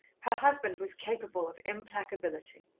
her husband was capable of implacability.